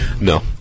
No